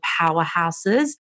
powerhouses